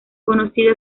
conocida